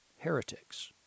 heretics